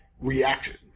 reaction